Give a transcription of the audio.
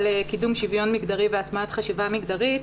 קידום שוויון מגדרי והטמעת חשיבה מגדרית,